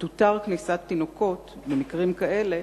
ותותר כניסת תינוקות במקרים כאלה,